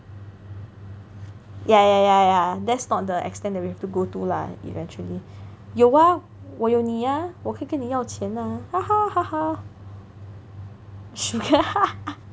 ya ya ya ya that's not the extent that we have to go to lah eventually 有 ah 我有你 ah 我可以跟你要钱